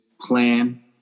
plan